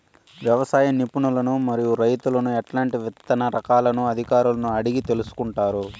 వ్యవసాయ నిపుణులను మరియు రైతులను ఎట్లాంటి విత్తన రకాలను అధికారులను అడిగి తెలుసుకొంటారు?